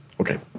Okay